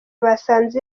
basanze